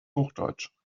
hochdeutsch